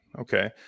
Okay